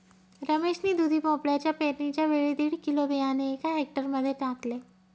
रमेश ने दुधी भोपळ्याच्या पेरणीच्या वेळी दीड किलो बियाणे एका हेक्टर मध्ये टाकले